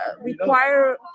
require